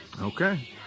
Okay